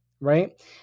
right